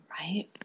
Right